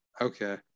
Okay